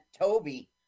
Toby